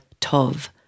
tov